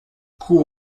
cours